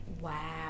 Wow